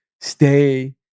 Stay